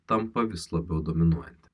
tampa vis labiau dominuojanti